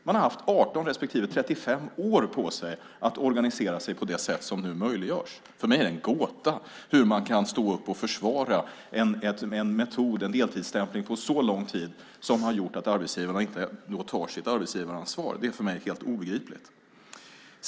Man har haft 18 respektive 35 år på sig att organisera sig på det sätt som nu möjliggörs. För mig är det en gåta hur man kan stå upp och försvara en deltidsstämpling under så lång tid som har gjort att arbetsgivarna inte tagit sitt arbetsgivaransvar. Det är för mig helt obegripligt.